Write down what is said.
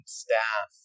staff